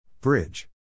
Bridge